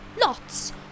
lots